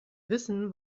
wissen